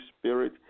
Spirit